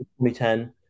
2010